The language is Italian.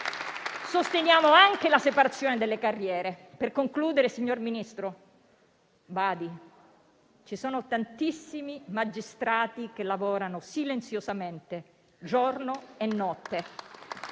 sosteniamo anche la separazione delle carriere. Per concludere, signor Ministro, badi che ci sono tantissimi magistrati che lavorano silenziosamente, giorno e notte